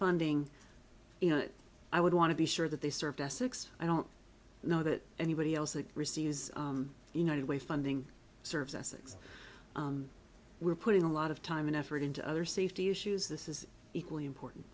funding you know i would want to be sure that they served essex i don't know that anybody else that received united way funding serves us six we're putting a lot of time and effort into other safety issues this is equally important